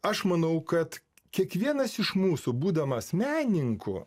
aš manau kad kiekvienas iš mūsų būdamas menininku